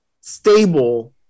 stable